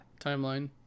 timeline